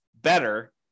better